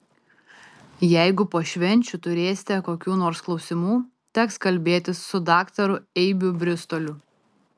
jeigu po švenčių turėsite kokių nors klausimų teks kalbėtis su daktaru eibių bristoliu